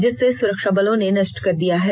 जिसे सुरक्षाबलों ने नष्ट कर दिया है